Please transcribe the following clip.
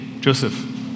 Joseph